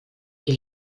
que